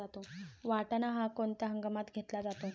वाटाणा हा कोणत्या हंगामात घेतला जातो?